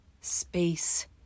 space